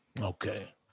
Okay